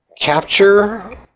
capture